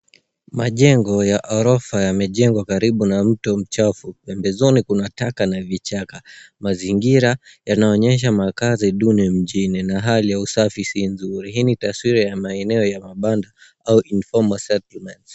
Majengo ya ghorofa yamejengwa karibu na mto mchafu. Pembezoni kuna taka na vichaka. Mazingira, yanayoonyesha makazi duni mjini na hali ya usafi si nzuri. Hii ni taswira ya maeneo ya mabanda au informal settlements .